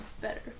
better